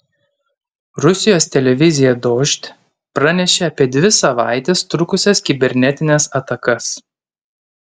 rusijos televizija dožd pranešė apie dvi savaites trukusias kibernetines atakas